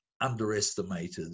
underestimated